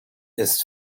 ist